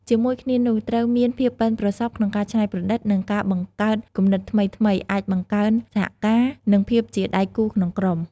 ជាមួយគ្នានោះ ត្រូវមានភាពប៉ិនប្រសប់ក្នុងការច្នៃប្រឌិត និងការបង្កើតគំនិតថ្មីៗ អាចបង្កើនសហការណ៍ និងភាពជាដៃគូក្នុងក្រុម។